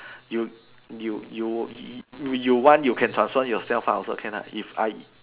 you you you you want you can transform yourself ah also can ah if I